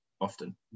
Often